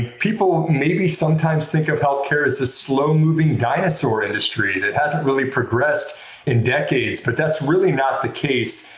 people maybe sometimes think of healthcare as this slow-moving dinosaur industry that hasn't really progressed in decades, but that's really not the case.